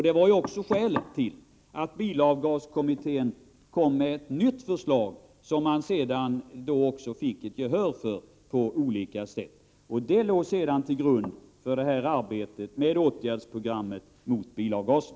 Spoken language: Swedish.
Det var också skälet till att bilavgaskommittén kom med ett nytt förslag, som man sedan fick gehör för på olika sätt. Det låg till grund för arbetet med ett åtgärdsprogram mot bilavgaser.